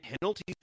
penalties